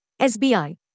SBI